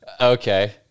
Okay